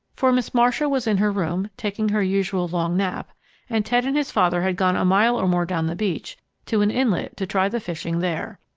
for miss marcia was in her room taking her usual long nap and ted and his father had gone a mile or more down the beach to an inlet to try the fishing there.